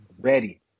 Ready